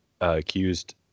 accused